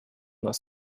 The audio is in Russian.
нас